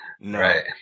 Right